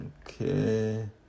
Okay